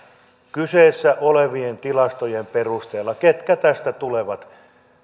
kyseessä olevien tilastojen perusteella ketkä tästä tulevat